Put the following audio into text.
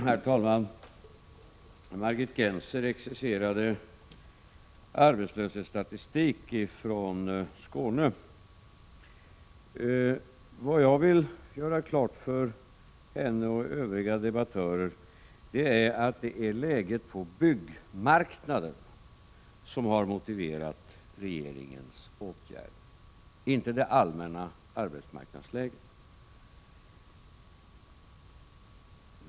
Herr talman! Margit Gennser exercerade arbetslöshetsstatistik från Skåne. Jag vill göra klart för henne och övriga debattörer att det är läget på byggmarknaden som har motiverat regeringens åtgärder, inte det allmänna arbetsmarknadsläget.